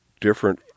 different